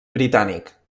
britànic